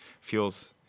feels